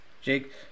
Jake